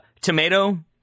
tomato